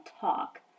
talk